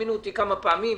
הזמינו אותי כמה פעמים,